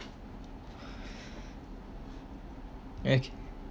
eh